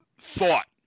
thought